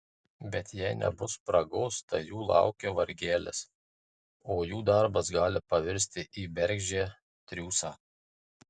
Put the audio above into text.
bet jei nebus spragos tai jų laukia vargelis o jų darbas gali pavirsti į bergždžią triūsą